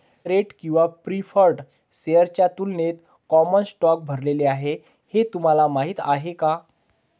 Date किंवा preferred शेअर्सच्या तुलनेत कॉमन स्टॉक भरलेला आहे हे तुम्हाला माहीत आहे का?